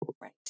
Right